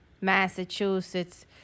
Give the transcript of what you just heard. Massachusetts